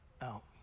out